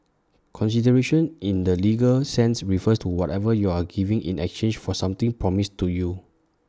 consideration in the legal sense refers to whatever you are giving in exchange for something promised to you